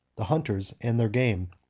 the hunters and their game.